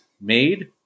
Made